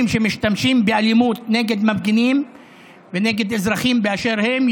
שמשתמשים באלימות נגד מפגינים ונגד אזרחים באשר הם,